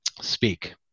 speak